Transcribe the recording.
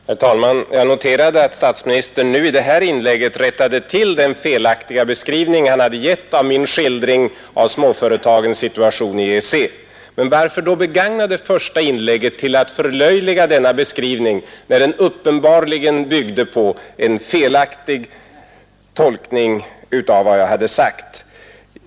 Herr talman! Jag noterade att statsministern nu i sitt senaste inlägg rättade till den felaktiga beskrivning han hade givit av min skildring av småföretagens situation i EEC. Men varför då begagna det första inlägget till att förlöjliga denna beskrivning, när statsministern uppenbarligen byggde på en felaktig tolkning av vad jag hade sagt?